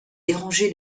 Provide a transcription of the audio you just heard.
dérangé